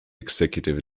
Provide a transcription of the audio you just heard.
executive